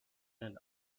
and